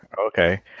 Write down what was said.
Okay